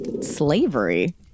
Slavery